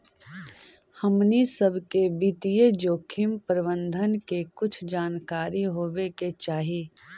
हमनी सब के वित्तीय जोखिम प्रबंधन के कुछ जानकारी होवे के चाहि